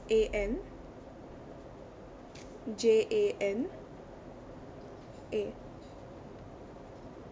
A N J A N A